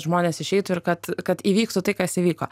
žmonės išeitų ir kad kad įvyktų tai kas įvyko